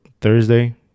Thursday